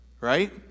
right